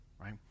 right